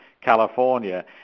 California